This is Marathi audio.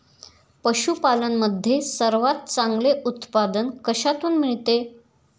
पशूपालन मध्ये सर्वात चांगले उत्पादन कशातून मिळते?